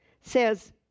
Says